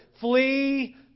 Flee